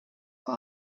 for